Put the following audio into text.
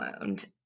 wound